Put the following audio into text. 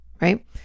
right